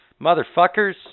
Motherfuckers